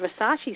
versace